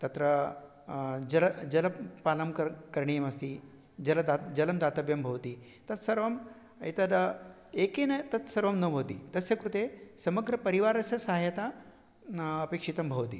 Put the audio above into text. तत्र जल जलपालनं कर करणीयमस्ति जलं जलं दातव्यं भवति तत्सर्वम् एतत् एकेन तत्सर्वं न भवति तस्य कृते समग्रपरिवारस्य सहायता न अपेक्षितं भवति